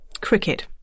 cricket